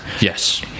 Yes